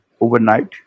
overnight